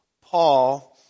Paul